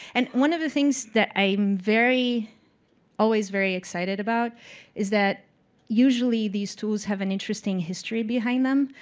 and one of the things that i'm very always very excited about is that usually these tools have an interesting history behind them,